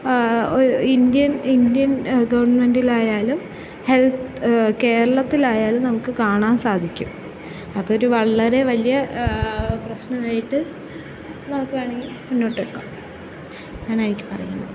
Indian Indian ഗവണ്മെന്റിലായാലും health കേരളത്തിലായാലും നമുക്കു കാണാൻ സാധിക്കും അതൊരു വളരെ വലിയ പ്രശ്നമായിട്ടു നമുക്കു വേണമെങ്കിൽ മുന്നോട്ടു വെക്കാം ഇതാണെനിക്ക് പറയാനുള്ളത്